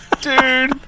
Dude